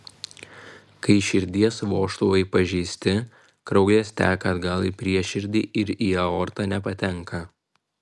kai širdies vožtuvai pažeisti kraujas teka atgal į prieširdį ir į aortą nepatenka